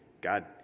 God